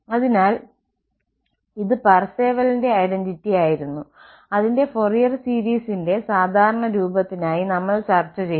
അതിനാൽ ഇത് പാർസേവലിന്റെ ഐഡന്റിറ്റി ആയിരുന്നു അതിന്റെ ഫോറിയർ സീരീസിന്റെ സാധാരണ രൂപത്തിനായി നമ്മൾ ചർച്ച ചെയ്തു